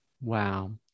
Wow